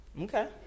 Okay